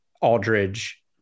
Aldridge